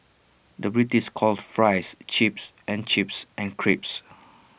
the British calls Fries Chips and Chips Crisps